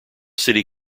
city